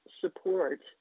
support